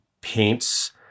paints